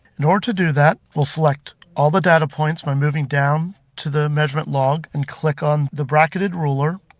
in order to do that, we'll select all the data points by moving down to the measurement log and click on the bracketed ruler